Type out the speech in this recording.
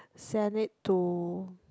send it to